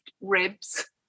ribs